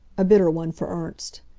a bitter one for ernst.